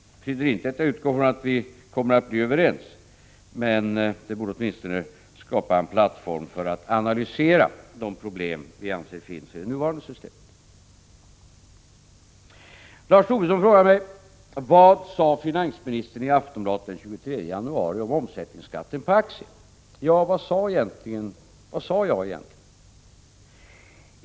Det betyder inte att vi blir överens, men det borde åtminstone skapa en plattform för att analysera de problem som vi anser finns i nuvarande system. Lars Tobisson frågade mig: Vad sade finansministern i Aftonbladet den 23 januari om omsättningsskatten på aktier? — Ja, vad sade jag egentligen?